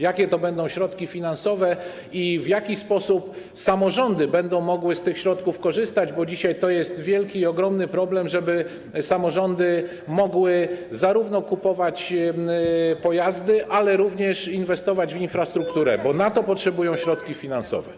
Jakie to będą środki finansowe i w jaki sposób samorządy będą mogły z tych środków korzystać, bo dzisiaj to jest wielki, ogromny problem, żeby samorządy mogły kupować takie pojazdy, ale również inwestować w infrastrukturę, bo na to potrzebują środków finansowych?